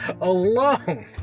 alone